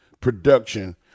production